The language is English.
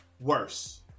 worse